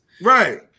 Right